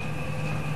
בתי-ספר?